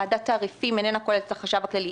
ועדת תעריפים איננה כוללת את החשב הכללי.